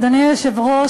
אדוני היושב-ראש,